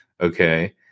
okay